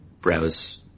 browse